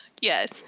Yes